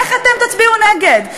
איך אתם תצביעו נגד?